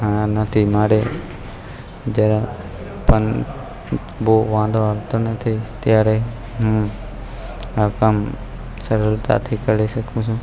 આનાથી મારે જરા પણ બહુ વાંધો આવતો નથી કે ત્યારે હું આ કામ સરળતાથી કરી શકું છું